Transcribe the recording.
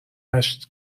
نشت